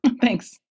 Thanks